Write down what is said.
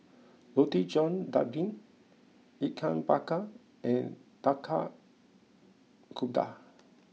Roti John Daging Ikan Bakar and Tapak Kuda